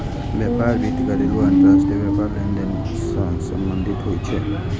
व्यापार वित्त घरेलू आ अंतरराष्ट्रीय व्यापार लेनदेन सं संबंधित होइ छै